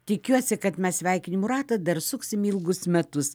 tikiuosi kad mes sveikinimų ratą dar suksim ilgus metus